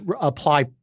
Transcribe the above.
apply